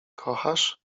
kochasz